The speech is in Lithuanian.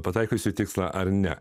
pataikiusiu tikslą ar ne